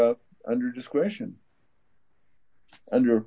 under discretion under